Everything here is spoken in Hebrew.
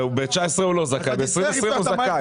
ב-23019 הוא לא זכאי אבל ב-2020 הוא זכאי.